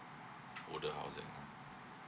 were the household income